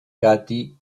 katy